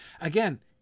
Again